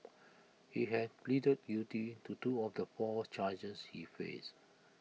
he had pleaded guilty to two of the four charges he faced